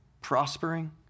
prospering